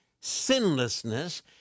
sinlessness